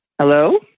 Hello